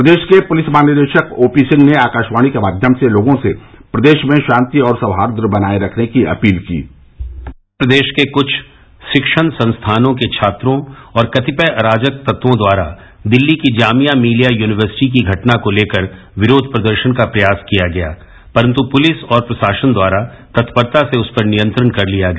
प्रदेश के पुलिस महानिदेशक ओपी सिंह ने आकाशवाणी के माध्यम से लोगों से प्रदेश में शांति और सौहाई बनाए रखने की अपील की प्रदेश के कुछ सिक्षण संस्थानों के छात्रों और कतिपय अराजक तत्वों द्वारा दिल्ली की जामिया मिलिया यूनिवर्सिटी की घटना को लेकर विरोध प्रदर्शन का प्रयास किया गया परन्त् पुलिस और प्रशासन द्वारा तत्पता से उस पर नियंत्रण कर लिया गया